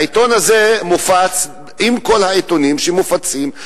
העיתון הזה מופץ עם כל העיתונים שמופצים,